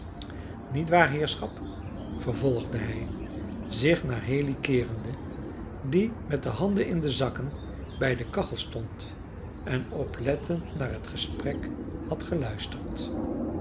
niet waar heerschap vervolgde hij zich naar haley keerende die met de handen in de zakken bij de kachel stond en oplettend naar het gesprek had geluisterd